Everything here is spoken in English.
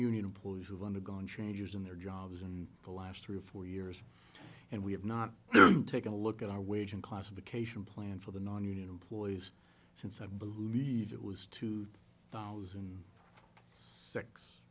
union employees with undergone changes in their jobs and the last three or four years and we have not taken a look at our wage and classification plan for the nonunion employees since i believe it was two thousand